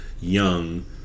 young